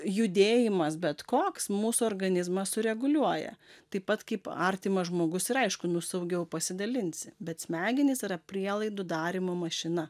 judėjimas bet koks mūsų organizmą sureguliuoja taip pat kaip artimas žmogus ir aišku nu saugiau pasidalinsi bet smegenys yra prielaidų darymo mašina